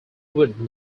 would